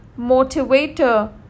motivator